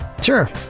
Sure